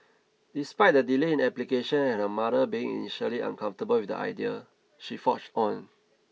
despite the delay in application and her mother being initially uncomfortable with the idea she forged on